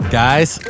guys